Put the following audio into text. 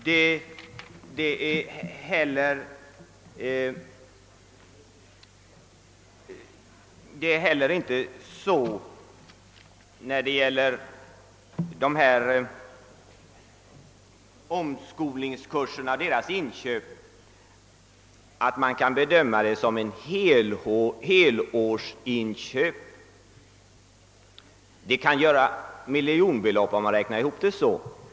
När det gäller omskolningskurserna och inköpen till dessa förhåller det sig inte så, att man kan bedöma upphandlingarna som ett helårsinköp. Om man räknar på detta sätt kan man komma fram till miljonbelopp.